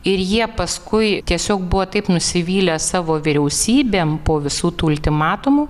ir jie paskui tiesiog buvo taip nusivylę savo vyriausybėm po visų tų ultimatumų